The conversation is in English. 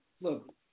look